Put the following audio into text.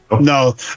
No